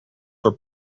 were